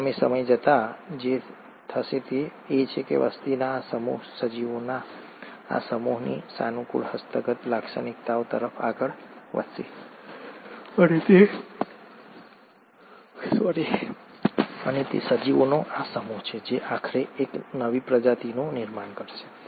પરિણામે સમય જતાં જે થશે તે એ છે કે વસ્તીનો આ સમૂહ સજીવોના આ સમૂહની સાનુકૂળ હસ્તગત લાક્ષણિકતાઓ તરફ આગળ વધશે અને તે સજીવોનો આ સમૂહ છે જે આખરે એક નવી પ્રજાતિનું નિર્માણ કરશે